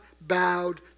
bowed